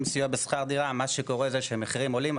סיוע בשכר דירה מה שקורה זה שהמחירים עולים,